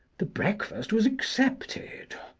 the breakfast was accepted.